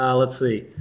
um let's see.